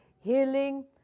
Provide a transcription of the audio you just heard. healing